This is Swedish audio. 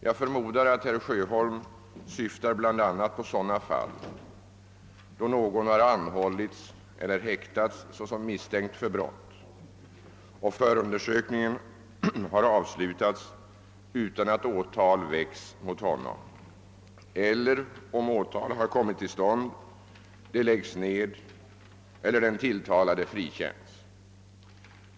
Jag förmodar att herr Sjöholm syftar bl.a. på sådana fall då någon har anhållits eller häktats såsom misstänkt för brott och förundersökningen har avslutats utan att åtal väcks mot honom eller, om åtal kommer till stånd, detta läggs ned eller den tilltalade frikänns.